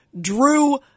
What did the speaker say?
drew